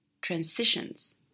transitions